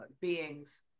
beings